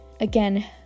again